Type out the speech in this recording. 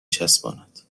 چسباند